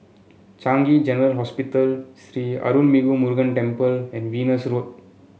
Changi General Hospital Sri Arulmigu Murugan Temple and Venus Road